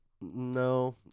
No